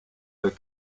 dal